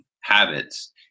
habits